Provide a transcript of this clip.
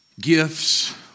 gifts